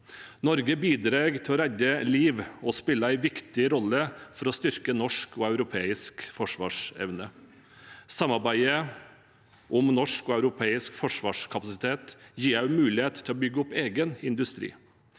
Norge bidrar til å redde liv og spiller en viktig rolle for å styrke norsk og europeisk forsvarsevne. Samarbeidet om norsk og europeisk forsvarskapasitet gir også mulighet til å bygge opp egen industri.